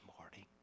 morning